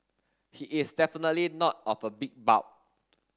he is definitely not of a big bulk